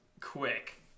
quick